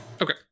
Okay